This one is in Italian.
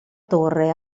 torre